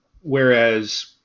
Whereas